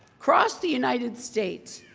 across the united states,